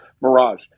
mirage